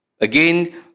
Again